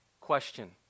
Question